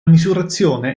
misurazione